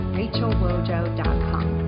rachelwojo.com